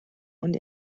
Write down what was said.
und